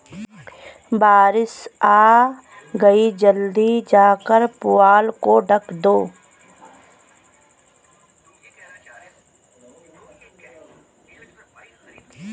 बारिश आ गई जल्दी जाकर पुआल को ढक दो